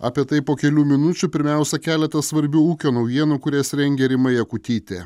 apie tai po kelių minučių pirmiausia keletas svarbių ūkio naujienų kurias rengė rima jakutytė